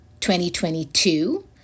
2022